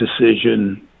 decision